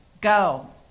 Go